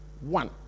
one